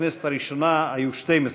בכנסת הראשונה היו 12 נשים.